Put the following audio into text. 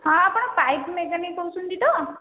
ହଁ ଆପଣ pipe mechanic କହୁଛନ୍ତି ତ